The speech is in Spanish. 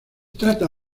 trata